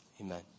Amen